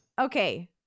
okay